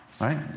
right